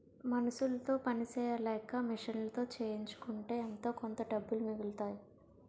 మనుసులతో పని సెయ్యలేక మిషన్లతో చేయించుకుంటే ఎంతోకొంత డబ్బులు మిగులుతాయి